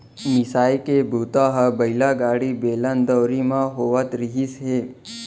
मिसाई के बूता ह बइला गाड़ी, बेलन, दउंरी म होवत रिहिस हे